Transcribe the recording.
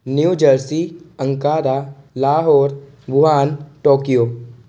new jersey Ankara Lahore Wuhan Tokyo